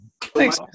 Thanks